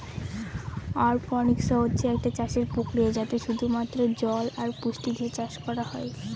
অরপনিক্স হচ্ছে একটা চাষের প্রক্রিয়া যাতে শুধু মাত্র জল আর পুষ্টি দিয়ে চাষ করা হয়